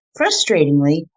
Frustratingly